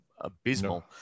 abysmal